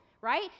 right